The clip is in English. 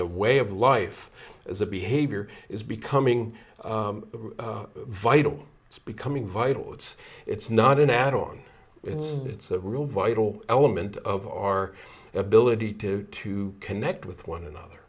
a way of life as a behavior is becoming vital it's becoming vital it's it's not an add on it's it's a real vital element of our ability to to connect with one another